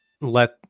let